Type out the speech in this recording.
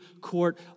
Court